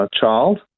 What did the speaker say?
child